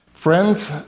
Friends